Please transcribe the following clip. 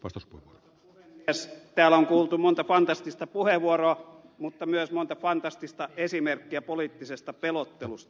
täällä on kuultu monta fantastista puheenvuoroa mutta myös monta fantastista esimerkkiä poliittisesta pelottelusta